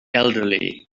elderly